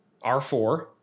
R4